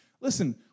Listen